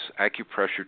acupressure